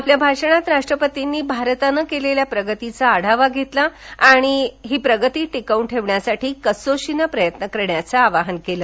आपल्या भाषणात राष्ट्रपतींनी भारतानं केलेल्या प्रगतीचा आढावा घेतला आणि या सुधारणा टिकव्रन ठेवण्यासाठी कसोशीने प्रयत्न करायचं आवाहन केलं